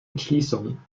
entschließung